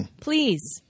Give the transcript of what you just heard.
please